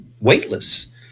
weightless